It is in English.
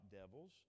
devils